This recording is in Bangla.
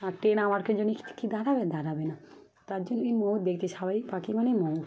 আর ট্রেন আমার জন্যে কি দাঁড়াবে দাঁড়াবে না তার জন্যই ময়ূর দেখে সবাই পাখি মানে ময়ূর